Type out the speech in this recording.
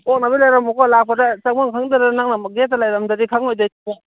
ꯑꯣ ꯉꯟꯅ ꯂꯩꯔꯝꯃꯣꯀꯣ ꯂꯥꯛꯄꯗ ꯆꯪꯐꯝ ꯈꯪꯗꯗꯅ ꯅꯪꯅ ꯑꯃꯨꯛ ꯒꯦꯠꯇ ꯂꯩꯔꯝꯗ꯭ꯔꯗꯤ ꯈꯪꯂꯣꯏꯗꯣꯏꯅꯦ